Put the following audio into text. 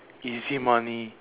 easy money